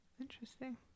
Interesting